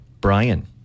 Brian